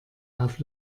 auf